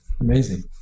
Amazing